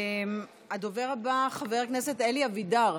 הדובר הבא, חבר הכנסת אלי אבידר.